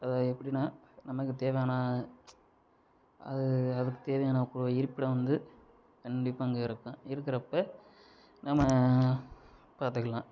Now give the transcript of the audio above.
அது எப்படினா நமக்கு தேவையான அது அதுக்கு தேவையான இருப்பிடம் வந்து கண்டிப்பாக அங்கே இருக்கும் இருக்குறப்போ நாம பார்த்துக்குலான்